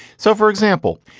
so, for example,